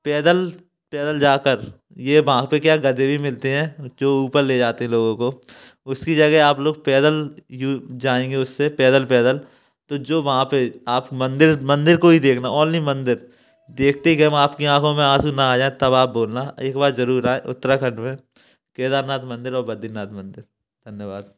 पैदल पैदल जाकर ये वहाँ पर क्या गधे भी मिलते हैं जो ऊपर ले जाते हैं लोगों को उसकी जगह आप लोग पैदल जाएँगे उससे पैदल पैदल तो जो वहाँ पर आप मंदिर मंदिर को ही देखना ओनली मंदिर देखते आपकी आँखों में आंसू ना आ जाए तब आप बोलना एक बार जरूर आएं उत्तराखंड में केदारनाथ मंदिर और बद्रीनाथ मंदिर धन्यवाद